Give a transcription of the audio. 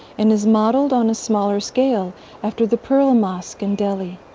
and is modeled on a smaller scale after the pearl mosque in delhi.